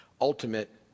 ultimate